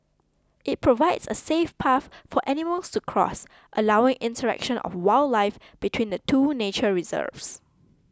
it provides a safe path for animals to cross allowing interaction of wildlife between the two nature reserves